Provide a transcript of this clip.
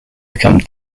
become